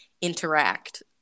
interact